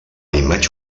imatge